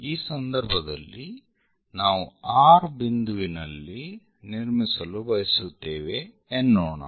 ಈ ಸಂದರ್ಭದಲ್ಲಿ ನಾವು R ಬಿಂದುವಿನಲ್ಲಿ ನಿರ್ಮಿಸಲು ಬಯಸುತ್ತೇವೆ ಎನ್ನೋಣ